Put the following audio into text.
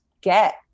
get